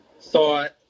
thought